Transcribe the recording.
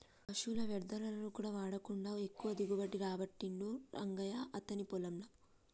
పశువుల వ్యర్ధాలను వాడకుండా కూడా ఎక్కువ దిగుబడి రాబట్టిండు రంగయ్య అతని పొలం ల